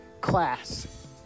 class